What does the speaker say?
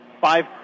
five